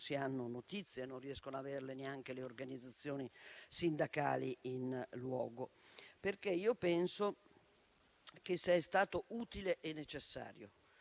non si hanno notizie (non riescono ad averle neanche le organizzazioni sindacali sul posto). Penso, infatti, che se è stato utile e necessario